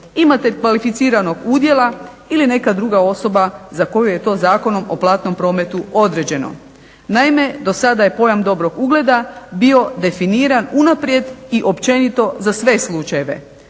imatelj kvalificiranog udjela ili neka druga osoba za koju je to Zakonom o platnom prometu određeno. Naime, do sada je pojam dobrog ugleda bio definiran unaprijed i općenito za sve slučajeve.